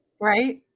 Right